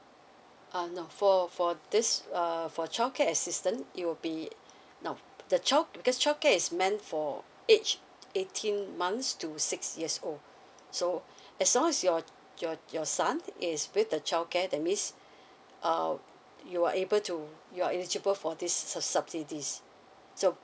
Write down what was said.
uh no for for this err for childcare assistance it will be now the childcare the childcare is meant for age eighteen months to six years old so as long as your your your son is with the childcare that means um you are able to you're eligible for this subsidies so